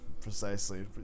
Precisely